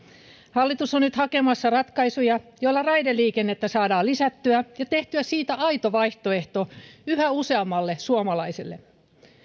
hallitus on nyt hakemassa ratkaisuja joilla raideliikennettä saadaan lisättyä ja tehtyä siitä aito vaihtoehto yhä useammalle suomalaiselle